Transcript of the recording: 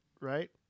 right